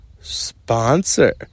Sponsor